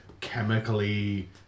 chemically